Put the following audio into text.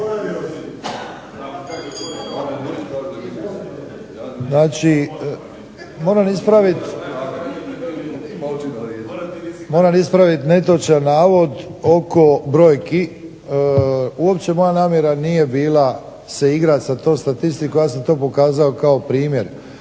Znači, moram ispraviti netočan navod oko brojki. Uopće moja namjera nije bila se igrati sa tom statistikom, ja sam to pokazao kao primjer.